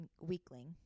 weakling